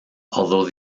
although